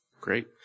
Great